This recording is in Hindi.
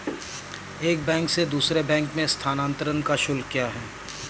एक बैंक से दूसरे बैंक में स्थानांतरण का शुल्क क्या है?